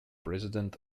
president